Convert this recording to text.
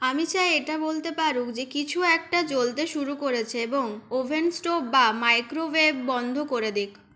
আমি চাই এটা বলতে পারুক যে কিছু একটা জ্বলতে শুরু করেছে এবং ওভেনস্টোভ বা মাইক্রোওয়েভ বন্ধ করে দিক